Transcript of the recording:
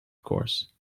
course